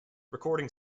recording